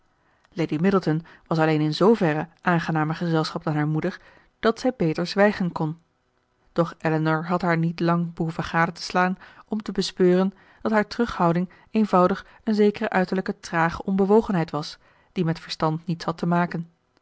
lady middleton was alleen in zooverre aangenamer gezelschap dan haar moeder dat zij beter zwijgen kon doch elinor had haar niet lang behoeven gade te slaan om te bespeuren dat haar terughouding eenvoudig een zekere uiterlijke trage onbewogenheid was die met verstand niets had te maken